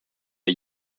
are